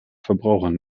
verbrauchern